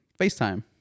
FaceTime